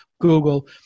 Google